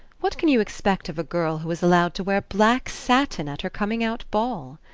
what can you expect of a girl who was allowed to wear black satin at her coming-out ball?